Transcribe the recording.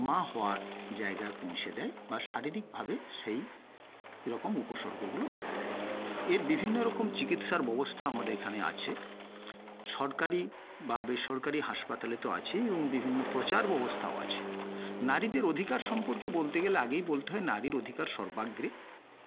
মা হওয়ার জায়গায় পৌঁছে দেয় বা শারীরিক ভাবে সেই রকম উপসর্গগুলো দেখা দেয় এর বিভিন্ন রকম চিকিৎসার ব্যবস্থা আমাদের এখানে আছে সরকারি বা বেসরকারি হাসপাতালে তো আছেই এবং বিভিন্ন প্রচার ব্যবস্থাও নারীদের অধিকার সম্পর্কে বলতে গেলে আগেই বলতে হয় নারীর অধিকার সর্বাগ্রে